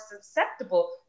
susceptible